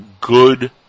good